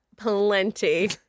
Plenty